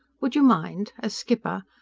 would you mind. as skipper.